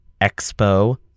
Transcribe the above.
Expo